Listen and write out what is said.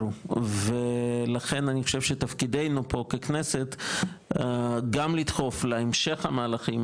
ולכן אני חושב שתפקידינו פה ככנסת גם לדחוף להמשך המהלכים,